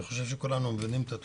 אני חושב שכולנו מבינים את התופעה.